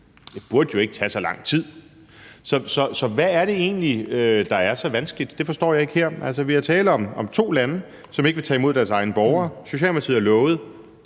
0, burde jo ikke tage så lang tid. Så hvad er det egentlig, der er så vanskeligt her? Det forstår jeg ikke. Altså, der er tale om to lande, som ikke vil tage imod deres egne borgere. Socialdemokratiet har lovet,